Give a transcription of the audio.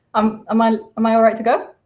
um am um um i all right to go?